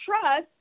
trust